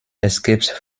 escapes